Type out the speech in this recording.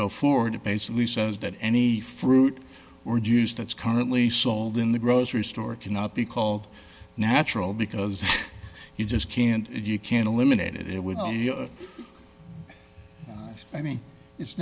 go forward it basically says that any fruit or juice that's currently sold in the grocery store cannot be called natural because you just can't you can't eliminate it with i mean it's